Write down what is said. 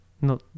No